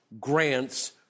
grants